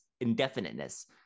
indefiniteness